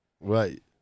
Right